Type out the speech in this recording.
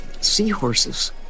seahorses